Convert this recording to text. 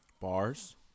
Bars